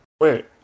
Wait